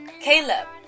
Caleb